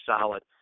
solid